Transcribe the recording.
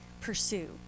pursue